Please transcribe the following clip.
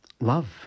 Love